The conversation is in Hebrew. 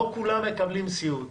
לא כולם מקבלים סיעוד.